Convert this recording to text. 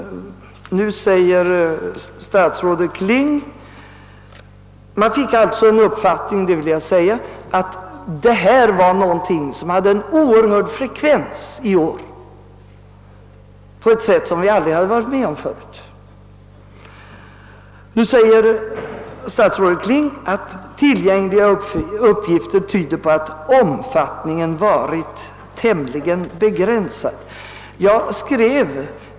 Man fick den uppfattningen att sådana oegentligheter hade en oerhörd frekvens i år och på ett sätt som vi aldrig varit med om förr. Nu framhåller statsrådet Kling, att tillgängliga uppgifter tyder på att omfattningen varit tämligen begränsad.